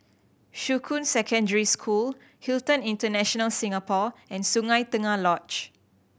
Shuqun Secondary School Hilton International Singapore and Sungei Tengah Lodge